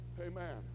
Amen